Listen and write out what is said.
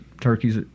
turkeys